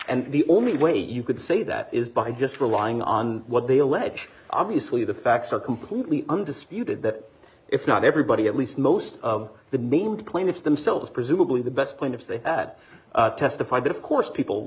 and the only way you could say that is by just relying on what they allege obviously the facts are completely undisputed that if not everybody at least most of the named plaintiffs themselves presumably the best point if they at testify but of course people